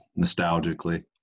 nostalgically